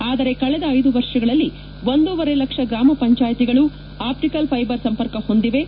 ಆದರೆ ಕಳೆದ ಐದು ವರ್ಷದಲ್ಲಿ ಒಂದೂವರೆ ಲಕ್ಷ ಗ್ರಾಮ ಪಂಜಾಯಿತಿಗಳೂ ಅಪ್ಟಿಕಲ್ ಫೈಬರ್ ಸಂಪರ್ಕ ಹೊಂದಿವೆ